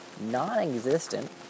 non-existent